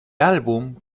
album